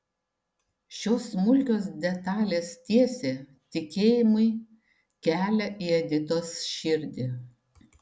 šios smulkios detalės tiesė tikėjimui kelią į editos širdį